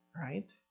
Right